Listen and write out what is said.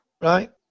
right